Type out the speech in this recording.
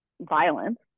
Violence